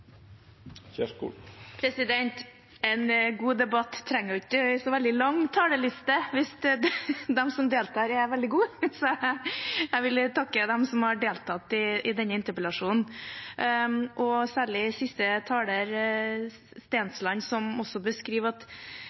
interpellasjonen. En god debatt trenger ikke så veldig lang talerliste, hvis de som deltar, er veldig gode. Så jeg vil takke dem som har deltatt i denne interpellasjonen, særlig siste taler, Stensland, som beskriver at